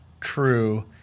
true